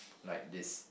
like this